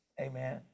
Amen